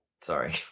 Sorry